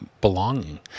belonging